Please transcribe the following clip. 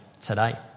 today